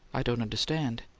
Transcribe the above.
i don't understand.